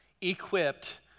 equipped